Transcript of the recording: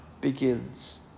begins